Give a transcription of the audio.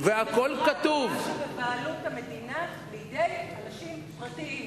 מכירת של מה שבבעלות המדינה לאנשים פרטיים.